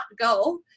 go